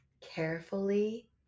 carefully